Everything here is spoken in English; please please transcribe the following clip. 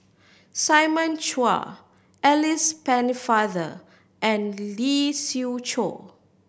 Simon Chua Alice Pennefather and Lee Siew Choh